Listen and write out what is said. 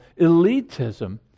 elitism